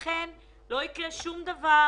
לא יקרה שום דבר